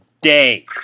day